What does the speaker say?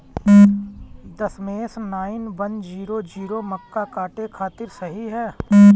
दशमेश nine one zero zero मक्का काटे खातिर सही ह?